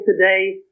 today